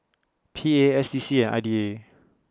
P A S D C and I D A